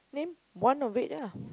named one of it ah